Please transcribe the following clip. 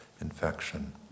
infection